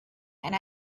and